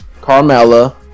Carmella